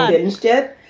ah instead,